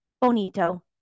Bonito